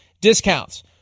discounts